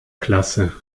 klasse